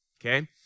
okay